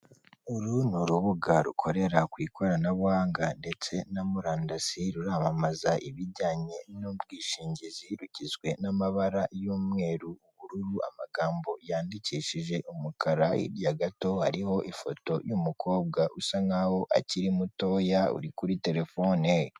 Uru ni urubuga rukorera ku ikoranabuhanga ndetse na murandasi, ruramamaza ibijyanye n'ubwishingizi rugizwe n'amabara y'umweru, ubururu amagambo yandikishije umukara, hirya gato hariho ifoto y'umukobwa usa nkaho akiri mutoya uri kuri telefone.